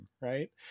Right